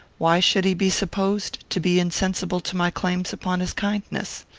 why should he be supposed to be insensible to my claims upon his kindness?